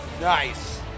Nice